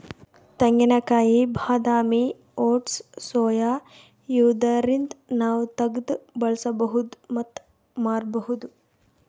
ತೆಂಗಿನಕಾಯಿ ಬಾದಾಮಿ oats soya ಇವ್ದರಿಂದ್ ನಾವ್ ತಗ್ದ್ ಬಳಸ್ಬಹುದ್ ಮತ್ತ್ ಮಾರ್ಬಹುದ್